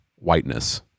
whiteness